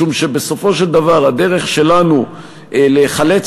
משום שבסופו של דבר הדרך שלנו להיחלץ